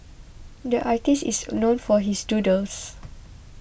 the artist is known for his doodles